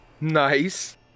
Nice